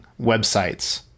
websites